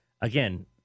again